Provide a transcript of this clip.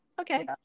Okay